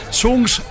songs